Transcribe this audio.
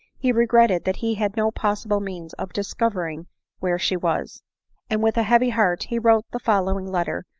he regretted that he had no possible means of discovering where she was and with a heavy heart he wrote the following letter,